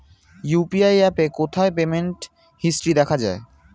UPI অ্যাপে কোথায় payment history দেখা যায়?